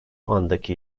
andaki